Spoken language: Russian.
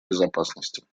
безопасности